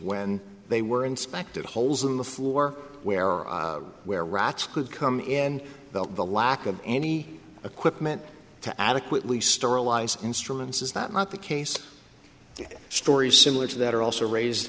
when they were inspected holes in the floor where or where rats could come in and the lack of any equipment to adequately store allies instruments is that not the case stories similar to that are also raised